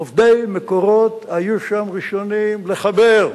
עובדי "מקורות" היו שם ראשונים לחבר,